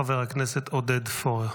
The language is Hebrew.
חבר הכנסת עודד פורר.